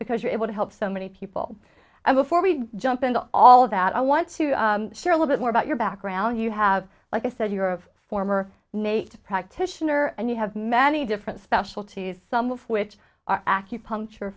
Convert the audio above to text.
because you're able to help so many people go for we jump into all of that i want to share a little more about your background you have like i said you're of former nate practitioner and you have many different specialties some of which are acupuncture